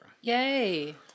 Yay